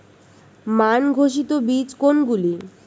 মান ঘোষিত বীজ কোনগুলি?